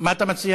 מה אתה מציע,